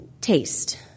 taste